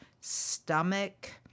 stomach